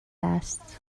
است